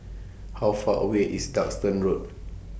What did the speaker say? How Far away IS Duxton Road